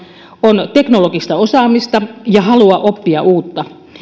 on teknologista osaamista ja halua oppia uutta